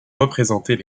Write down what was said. représentés